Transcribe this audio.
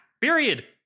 Period